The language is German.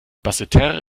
basseterre